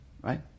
Right